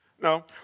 no